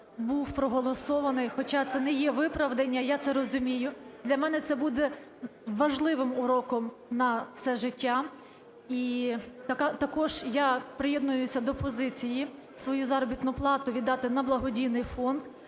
був проголосований, хоча це не є виправдання, я це розумію, для мене це буде важливим уроком на все життя. І також я приєднуюся до позиції свою заробітну плату віддати на благодійний фонд.